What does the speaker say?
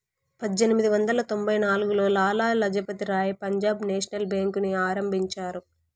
పజ్జేనిమిది వందల తొంభై నాల్గులో లాల లజపతి రాయ్ పంజాబ్ నేషనల్ బేంకుని ఆరంభించారు